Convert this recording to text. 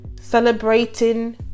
celebrating